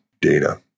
data